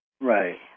Right